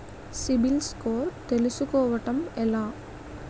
CIBIL score తెల్సుకోటం ఎలా?